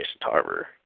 Tarver